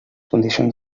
condicions